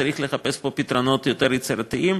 צריך לחפש פה פתרונות יותר יצירתיים,